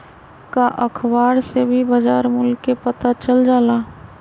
का अखबार से भी बजार मूल्य के पता चल जाला?